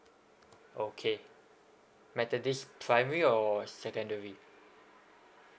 okay methodist primary or secondary